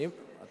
מה אתה מציע?